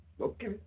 Okay